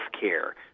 care